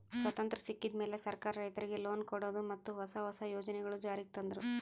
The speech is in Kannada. ಸ್ವತಂತ್ರ್ ಸಿಕ್ಕಿದ್ ಮ್ಯಾಲ್ ಸರ್ಕಾರ್ ರೈತರಿಗ್ ಲೋನ್ ಕೊಡದು ಮತ್ತ್ ಹೊಸ ಹೊಸ ಯೋಜನೆಗೊಳು ಜಾರಿಗ್ ತಂದ್ರು